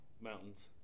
Mountains